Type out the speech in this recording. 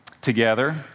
together